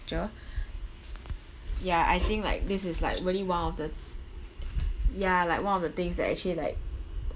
ya I think like this is like really one of the ya like one of the things that actually like